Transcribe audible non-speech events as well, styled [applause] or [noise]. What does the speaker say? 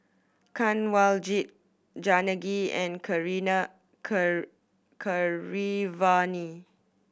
Kanwaljit Janaki and [unintelligible] Keeravani